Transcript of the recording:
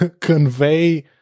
convey